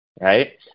Right